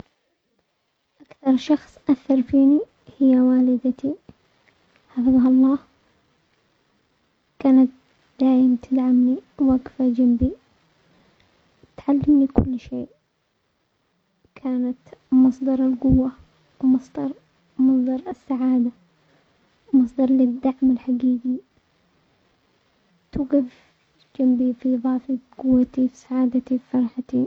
اكثر شخص اثر فيني هي والدتي، حفظها الله، كانت دائما تدعمني واقفة جنبي، تعلمني كل شيء كانت مصدر القوة ومصدر-ومصدر السعادة و مصدر للدعم الحقيقي، توقف جنبي في ضعفي، في قوتي، في سعادتي، في فرحتي.